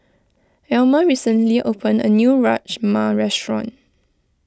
Elmer recently opened a new Rajma restaurant